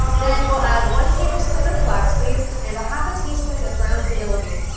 then we'll add one tablespoon of flax seeds and a half a teaspoon of ground vanilla bean.